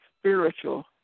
spiritual